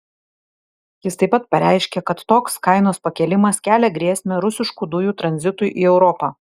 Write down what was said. jis taip pat pareiškė kad toks kainos pakėlimas kelia grėsmę rusiškų dujų tranzitui į europą